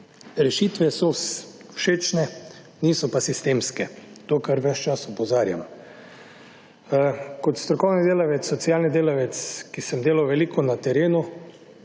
Rešitve so všečne, niso pa sistemske. To, kar ves čas opozarjam. Kot strokovni delavec, socialni delavec, ki sem delal veliko na terenu,